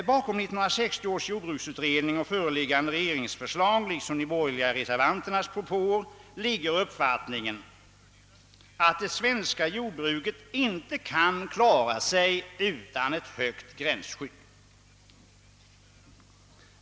Bakom 1960 års jordbruksutredning och föreliggande regeringsförslag liksom de borgerliga reservationernas propåer ligger uppfattningen att det svenska jordbruket inte kan klara sig utan ett högt gränsskydd.